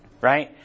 right